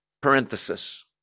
parenthesis